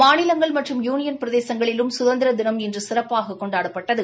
மாநிலங்கள் மற்றும் யுனியன் பிரதேசங்களிலும் சுதந்திரதினம் இன்று கொண்டாடப்பட்டது